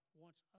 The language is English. wants